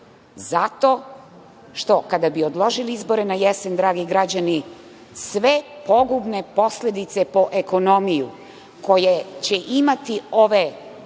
Zato što, kada bi odložili izbore na jesen, dragi građani, sve pogubne posledice po ekonomiju, koje će imati ove